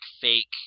fake